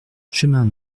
chemin